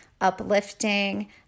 uplifting